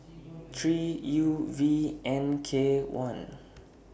three U V N K one